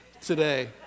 today